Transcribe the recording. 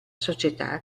società